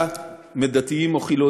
בין שהיא באה מדתיים או חילונים,